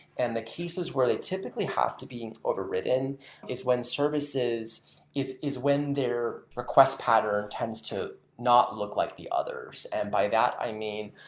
and the cases where they typically have to being overwritten is when services is is when their request pattern tends to not look like the others. and by that, i mean,